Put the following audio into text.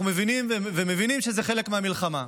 אנחנו מבינים שזה חלק מהמלחמה.